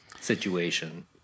situation